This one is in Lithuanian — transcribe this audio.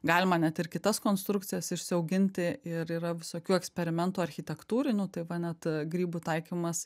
galima net ir kitas konstrukcijas išsiauginti ir yra visokių eksperimentų architektūrinių tai va net grybų taikymas